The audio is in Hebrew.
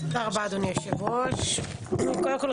אדוני היושב-ראש, תודה רבה.